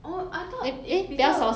oh I thought if 比较